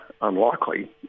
unlikely